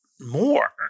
more